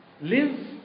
live